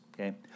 okay